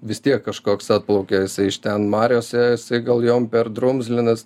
vis tiek kažkoks atplaukia jisai iš ten mariose tai gal jom per drumzlinas